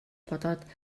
бодоод